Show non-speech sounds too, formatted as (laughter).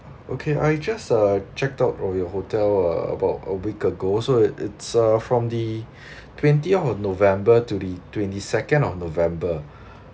okay I just uh check out of your hotel uh about a week ago so it it's uh from the (breath) twentieth of november to the twenty second of november